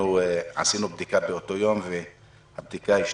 עשינו בדיקה באותו יום והבדיקה היא שלילית.